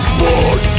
one